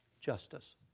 justice